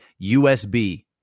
USB